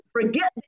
forget